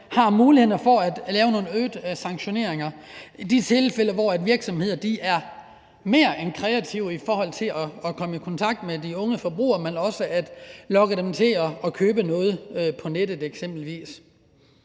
har mulighederne for nogle øgede sanktioner i de tilfælde, hvor virksomhederne er mere end kreative i forhold til at komme i kontakt med de unge forbrugere, men også at lokke dem til at købe noget på nettet eksempelvis.